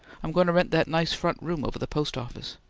i'm going to rent that nice front room over the post office.